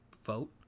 vote